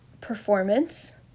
performance